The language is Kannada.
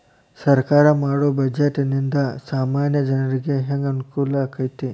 ಸರ್ಕಾರಾ ಮಾಡೊ ಬಡ್ಜೆಟ ನಿಂದಾ ಸಾಮಾನ್ಯ ಜನರಿಗೆ ಹೆಂಗ ಅನುಕೂಲಕ್ಕತಿ?